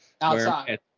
outside